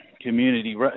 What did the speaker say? community